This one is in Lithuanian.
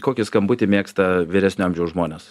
kokį skambutį mėgsta vyresnio amžiaus žmonės